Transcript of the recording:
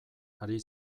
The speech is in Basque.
ari